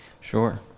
Sure